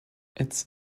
its